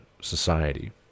society